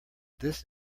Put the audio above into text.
this